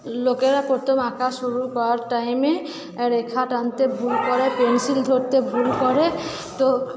লোকেরা প্রথম আঁকা শুরু করার টাইমে রেখা টানতে ভুল করে পেনসিল ধরতে ভুল করে তো